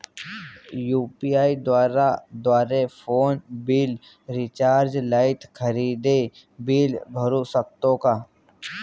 UPI द्वारे phone bill, recharge, light, खरेदी bill भरू शकतो का?